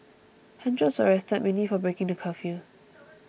hundreds were arrested mainly for breaking the curfew